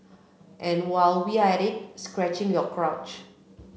and while we're at it scratching your crotch